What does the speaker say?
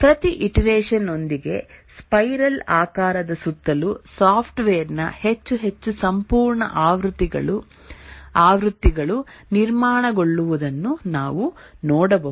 ಪ್ರತಿ ಇಟರೆಷನ್ ಯೊಂದಿಗೆ ಸ್ಪೈರಲ್ ಆಕಾರದ ಸುತ್ತಲೂ ಸಾಫ್ಟ್ವೇರ್ನ ಹೆಚ್ಚು ಹೆಚ್ಚು ಸಂಪೂರ್ಣ ಆವೃತ್ತಿಗಳು ನಿರ್ಮಾಣಗೊಳ್ಳುವುದನ್ನು ನಾವು ನೋಡಬಹುದು